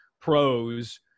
pros